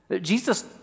Jesus